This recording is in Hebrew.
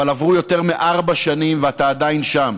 אבל עברו יותר מארבע שנים ואתה עדיין שם.